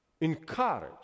encourage